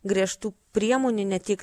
griežtų priemonių ne tik